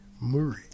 Murray